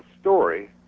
story